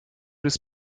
des